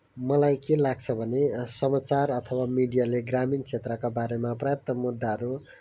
मलाई के लाग्छ भने समाचार अथवा मिडियाले ग्रामीण क्षेत्रका बारेमा पर्याप्त मुद्दाहरू